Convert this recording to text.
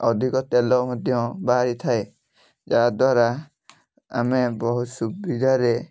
ଅଧିକ ତେଲ ମଧ୍ୟ ବାହାରିଥାଏ ଯାହା ଦ୍ୱାରା ଆମେ ବହୁତ ସୁବିଧାରେ